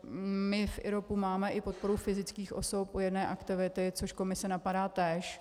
My v IROPu máme i podporu fyzických osob u jedné aktivity, což Komise napadá též.